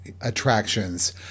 attractions